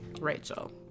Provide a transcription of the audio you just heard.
Rachel